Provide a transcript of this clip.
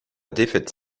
défaite